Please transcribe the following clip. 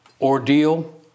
ordeal